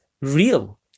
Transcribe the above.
real